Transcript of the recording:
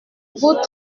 vous